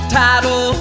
title